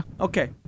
Okay